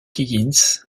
higgins